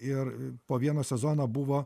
ir po vieną sezoną buvo